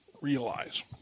realize